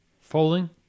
Folding